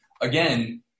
Again